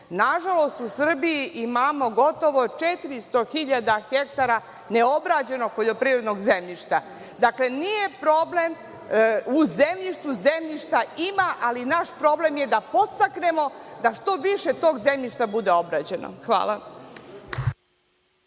na žalost u Srbiji imamo gotovo 400.000 ha neobrađenog poljoprivrednog zemljišta. Dakle, nije problem u zemljištu, zemljišta ima, ali naš problem je da podstaknemo da što više tog zemljišta bude obrađeno. Hvala.